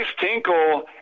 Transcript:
Tinkle